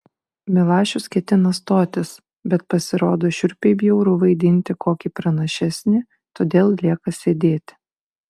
milašius ketina stotis bet pasirodo šiurpiai bjauru vaidinti kokį pranašesnį todėl lieka sėdėti